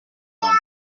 london